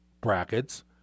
brackets